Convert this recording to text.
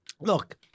Look